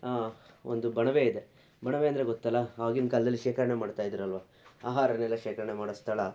ಆಂ ಒಂದು ಬಣವೆ ಇದೆ ಬಣವೆ ಅಂದರೆ ಗೊತ್ತಲ್ಲ ಆಗಿನ ಕಾಲದಲಿ ಶೇಖರ್ಣೆ ಮಾಡ್ತಾಯಿದ್ರಲ್ವ ಆಹಾರನೆಲ್ಲ ಶೇಖರ್ಣೆ ಮಾಡೊ ಸ್ಥಳ